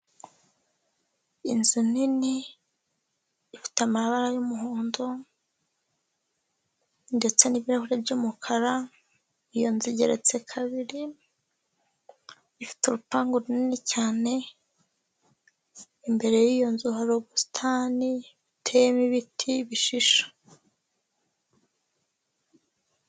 Inzu nini ifite amabara y'umuhondo ndetse n'ibirahure by'umukara, iyo nzu igeretse kabiri, ifite urupangu runini cyane imbere yiyo nzu hari ubusitani buteyemo ibiti bishisha.